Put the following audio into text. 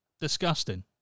disgusting